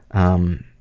um,